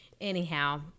Anyhow